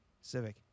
Civic